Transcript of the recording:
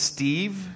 Steve